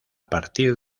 partir